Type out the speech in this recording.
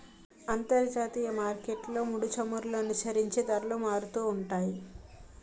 అంతర్జాతీయ మార్కెట్లో ముడిచమురులను అనుసరించి ధరలు మారుతుంటాయి